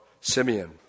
Simeon